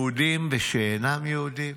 יהודים ושאינם יהודים,